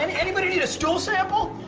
and anybody need a stool sample?